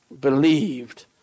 believed